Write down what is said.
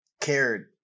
cared